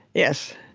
yes.